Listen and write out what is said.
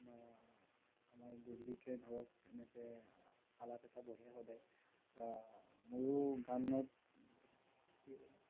বা আমাৰ গধূলিকৈ ধৰক এনেকৈ আলাপ এটা বহে সদায় মইও গানত